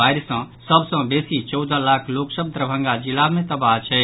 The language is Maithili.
बाढ़ि सँ सभ सँ बेसी चौदह लाख लोक सभ दरभंगा जिला मे तबाह छथि